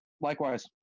Likewise